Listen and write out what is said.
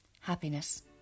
happiness